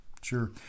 Sure